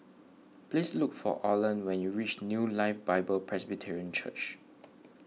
please look for Orland when you reach New Life Bible Presbyterian Church